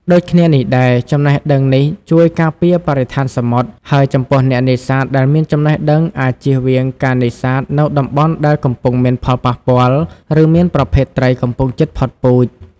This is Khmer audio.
ដូចគ្នានេះដែរ ចំណេះដឹងនេះជួយការពារបរិស្ថានសមុទ្រ ហើយចំពោះអ្នកនេសាទដែលមានចំណេះដឹងអាចជៀសវាងការនេសាទនៅតំបន់ដែលកំពុងមានផលប៉ះពាល់ ឬមានប្រភេទត្រីកំពុងជិតផុតពូជ។